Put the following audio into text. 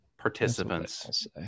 participants